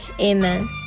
amen